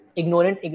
ignorant